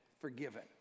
forgiven